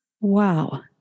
Wow